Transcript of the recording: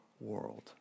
world